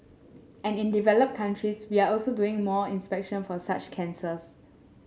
and in developed countries we are also doing more inspection for such cancers